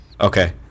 okay